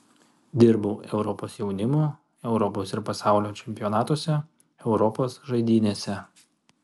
dirbau europos jaunimo europos ir pasaulio čempionatuose europos žaidynėse